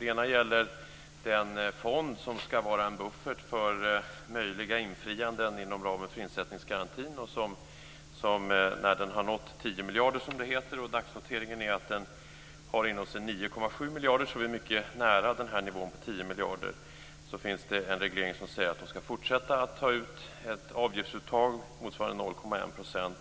Den ena invändningen gäller den fond som ska vara en buffert för möjliga infrianden inom ramen för insättningsgarantin. När den har nått 10 miljarder - dagsnoteringen är att den uppgår till 9,7 miljarder, och det är mycket nära nivån 10 miljarder - finns det en reglering som säger att man ska fortsätta att ta ut en avgift motsvarande 0,1 %.